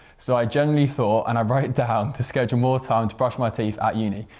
so i generally thought, and i wrote down, to schedule more time to brush my teeth at uni.